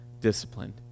disciplined